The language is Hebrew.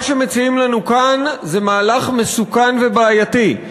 מה שמציעים לנו כאן זה מהלך מסוכן ובעייתי.